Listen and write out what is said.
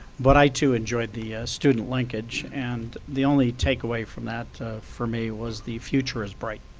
but i too enjoyed the student linkage. and the only takeaway from that for me was the future is bright.